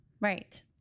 Right